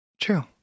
true